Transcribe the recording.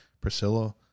Priscilla